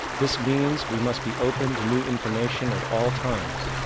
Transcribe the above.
this means we must be open to new information at all times,